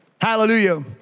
Hallelujah